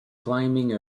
climbing